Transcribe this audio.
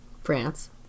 France